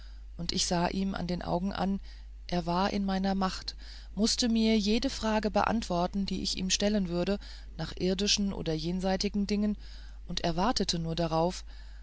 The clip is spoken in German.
und ich sah ihm an den augen an er war in meiner macht mußte mir jede frage beantworten die ich ihm stellen würde nach irdischen oder jenseitigen dingen und er wartete nur darauf